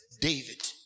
David